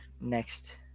next